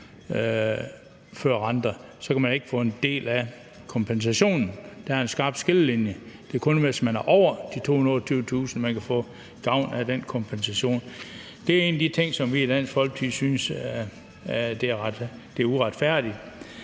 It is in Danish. før renter, kan man ikke få del i kompensationen. Der er en skarp skillelinje: Det er kun, hvis man er over de 228.000, man kan få gavn af den kompensation. Det er en af de ting, som vi i Dansk Folkeparti synes er uretfærdigt,